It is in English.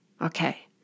Okay